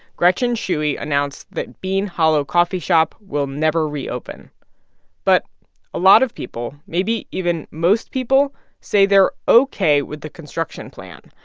gretchen shuey announced that bean hollow coffee shop will never reopen but a lot of people maybe even most people say they're ok with the construction plan,